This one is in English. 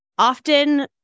Often